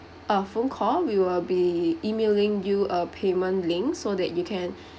uh phone call we'll be E-mailing you a payment link so that you can